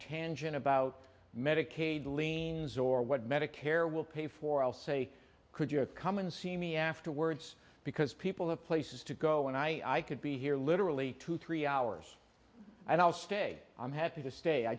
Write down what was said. tangent about medicaid liens or what medicare will pay for i'll say could you come and see me afterwards because people have places to go and i could be here literally two three hours i'll stay i'm happy to stay i